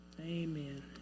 Amen